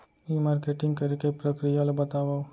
ई marketing करे के प्रक्रिया ला बतावव?